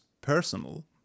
personal